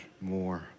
more